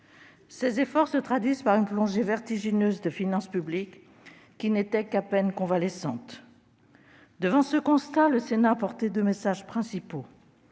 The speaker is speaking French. Ces efforts se traduisent par une plongée vertigineuse des finances publiques, qui n'étaient qu'à peine convalescentes. Devant ce constat, le Sénat a porté deux messages principaux.